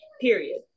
period